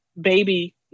baby